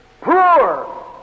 poor